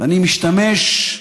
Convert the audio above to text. ואני משתמש,